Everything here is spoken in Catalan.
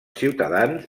ciutadans